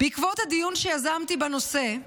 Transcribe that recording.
בעקבות הדיון שיזמתי בנושא,